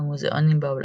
המוזיאונים בעולם.